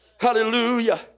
hallelujah